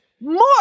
more